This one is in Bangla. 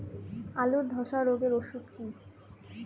আলুর ধসা রোগের ওষুধ কি?